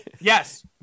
Yes